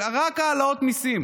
רק העלאות מיסים.